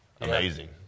amazing